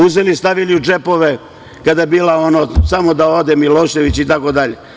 Uzeli i stavili u džepove kada je bilo ono – samo da ode Milošević itd.